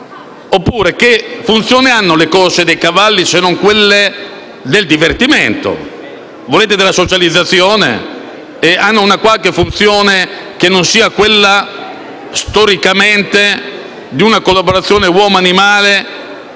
Quale finalità hanno le corse dei cavalli se non il divertimento? Volete della socializzazione? Hanno una qualche funzione che non sia quella storica di una collaborazione uomo-animale